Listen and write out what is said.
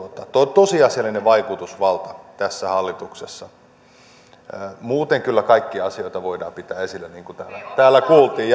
tosiasiallinen vaikutusvalta tässä hallituksessa muuten kyllä kaikkia asioita voidaan pitää esillä niin kuin täällä kuultiin